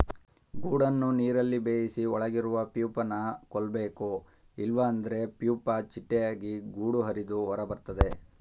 ಗೂಡನ್ನು ನೀರಲ್ಲಿ ಬೇಯಿಸಿ ಒಳಗಿರುವ ಪ್ಯೂಪನ ಕೊಲ್ಬೇಕು ಇಲ್ವಾದ್ರೆ ಪ್ಯೂಪ ಚಿಟ್ಟೆಯಾಗಿ ಗೂಡು ಹರಿದು ಹೊರಬರ್ತದೆ